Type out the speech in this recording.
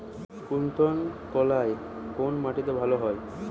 কুলত্থ কলাই কোন মাটিতে ভালো হয়?